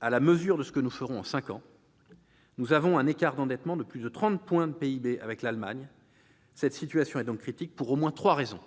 que ce que nous ferons en cinq ans, et nous avons un écart d'endettement de plus de 30 points de PIB avec l'Allemagne. Cette situation est critique pour au moins trois raisons.